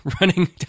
running